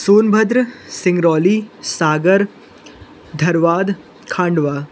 Sonbhadra Singrauli Sagar Dharwad Khandwa